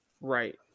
Right